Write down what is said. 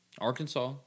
Arkansas